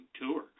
Tour